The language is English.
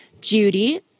Judy